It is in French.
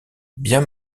bien